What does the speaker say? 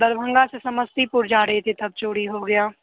दरभंगा से समस्तीपुर जा रही थी तब चोरी हो गया